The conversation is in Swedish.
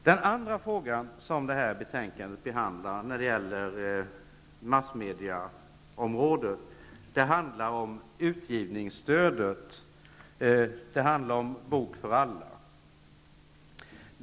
Den andra frågan som betänkandet behandlar när det gäller massmedieområdet handlar om utgivningsstödet. Det handlar om Bok för alla.